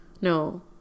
No